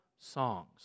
songs